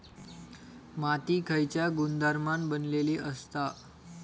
माती खयच्या गुणधर्मान बनलेली असता?